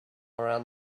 around